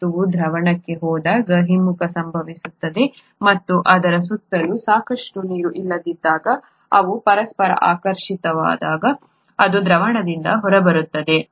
ವಸ್ತುವು ದ್ರಾವಣಕ್ಕೆ ಹೋದಾಗ ಹಿಮ್ಮುಖ ಸಂಭವಿಸುತ್ತದೆ ಮತ್ತು ಅದರ ಸುತ್ತಲೂ ಸಾಕಷ್ಟು ನೀರು ಇಲ್ಲದಿದ್ದಾಗ ಮತ್ತು ಅವು ಪರಸ್ಪರ ಆಕರ್ಷಿಸಿದಾಗ ಅದು ದ್ರಾವಣದಿಂದ ಹೊರಬರುತ್ತದೆ